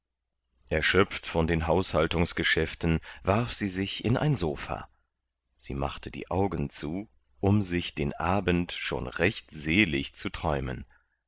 erschöpft von den haushaltungsgeschäften warf sie sich in ein sofa sie machte die augen zu um sich den abend schon recht selig zu träumen